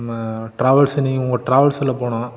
நம்ம ட்ராவல்ஸ்ஸு நீங்கள் உங்கள் ட்ராவல்ஸில் போனோம்